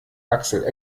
axel